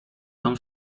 tam